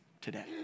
today